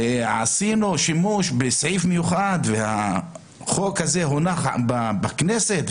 עשינו שימוש בסעיף מיוחד והחוק הזה הונח בכנסת,